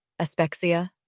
Aspexia